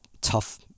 tough